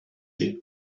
sie